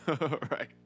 Right